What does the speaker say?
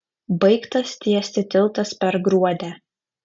baigtas tiesti tiltas per gruodę